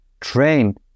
train